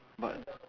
but